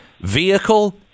vehicle